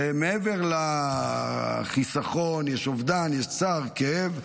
ומעבר לחיסכון יש אובדן, יש צער וכאב,